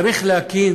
צריך להקים